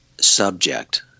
subject